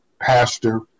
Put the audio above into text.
pastor